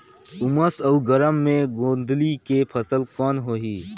उमस अउ गरम मे गोंदली के फसल कौन होही?